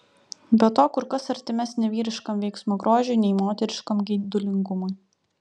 be to kur kas artimesnė vyriškam veiksmo grožiui nei moteriškam geidulingumui